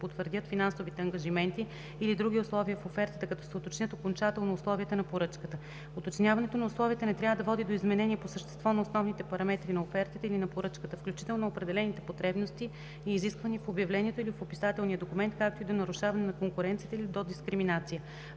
потвърдят финансовите ангажименти или други условия в офертата, като се уточнят окончателно условията на поръчката. Уточняването на условията не трябва да води до изменение по същество на основните параметри на офертата или на поръчката, включително определените потребности и изисквания в обявлението или в описателния документ, както и до нарушаване на конкуренцията или до дискриминация.